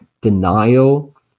denial